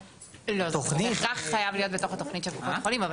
זה בהכרח חייב להיות בתוך התכנית של קופות החולים.